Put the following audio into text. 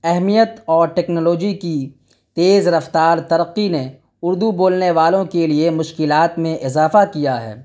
اہمیت اور ٹکنالوجی کی تیز رفتار ترقی نے اردو بولنے والوں کے لیے مشکلات میں اضافہ کیا ہے